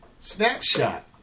Snapshot